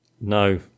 No